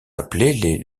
appelés